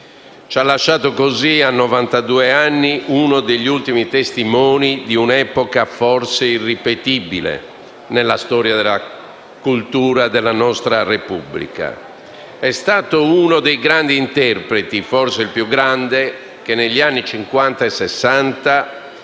Ci ha lasciato così, a novantadue anni, uno degli ultimi testimoni di un'epoca forse irripetibile nella storia della cultura e della nostra Repubblica. È stato uno dei grandi interpreti, forse il più grande, che negli anni